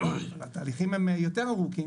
התהליכים הם יותר ארוכים.